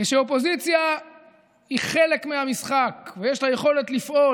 כשאופוזיציה היא חלק מהמשחק ויש לה יכולת לפעול